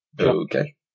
okay